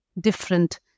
different